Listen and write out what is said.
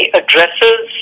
addresses